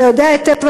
אתה יודע היטב,